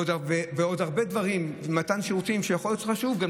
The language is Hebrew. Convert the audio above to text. ועוד הרבה דברים של מתן שירותים שיכול להיות שהם חשובים,